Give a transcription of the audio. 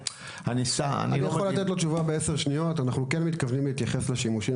כי שטח בית הספר אנחנו יודעים שהוא בדרך כלל פעיל עד שעות הצהריים,